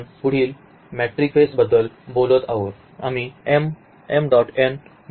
आपण पुढील मॅट्रिक्स स्पेसबद्दल बोलत आहोत आम्ही बद्दल बोलत आहोत